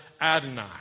Adonai